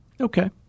Okay